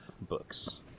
books